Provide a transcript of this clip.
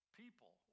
people